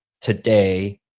today